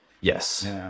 Yes